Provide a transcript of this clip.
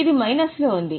ఇది మైనస్లో ఉంది